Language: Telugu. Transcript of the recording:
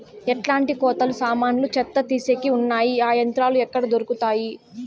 ఎట్లాంటి కోతలు సామాన్లు చెత్త తీసేకి వున్నాయి? ఆ యంత్రాలు ఎక్కడ దొరుకుతాయి?